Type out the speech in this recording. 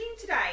today